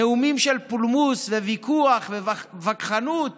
נאומים של פולמוס וויכוח ווכחנות